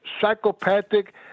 psychopathic